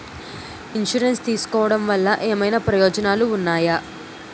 Insurance తీసుకోవటం వల్ల ఏమైనా ప్రయోజనాలు ఉన్నాయా?